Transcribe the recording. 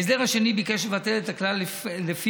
ההסדר השני ביקש לבטל את הכלל שלפיו